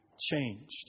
changed